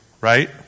right